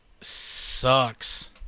sucks